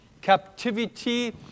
captivity